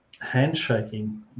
handshaking